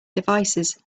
devices